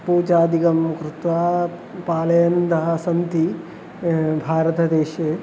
पूजादिकं कृत्वा पालयन्तः सन्ति भारतदेशे